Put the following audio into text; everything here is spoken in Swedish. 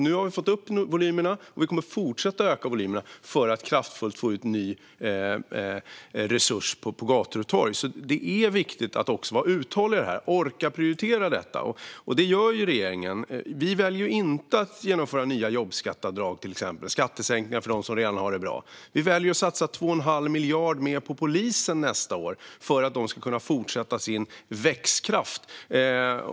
Nu har vi fått upp volymerna, och vi kommer att fortsätta att öka volymerna för att få ut nya kraftfulla resurser på gator och torg. Det är viktigt att vara uthållig och orka prioritera detta, och det gör regeringen. Vi väljer inte att till exempel genomföra nya jobbskatteavdrag, alltså skattesänkningar för dem som redan har det bra. Vi väljer att satsa 2 1⁄2 miljard mer på polisen nästa år för att den ska kunna fortsätta med sin växtkraft.